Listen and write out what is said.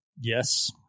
Yes